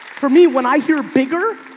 for me when i hear bigger,